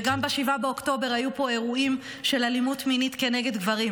וגם ב-7 באוקטובר היו פה אירועים של אלימות מינית נגד גברים,